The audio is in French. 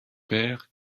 père